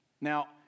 Now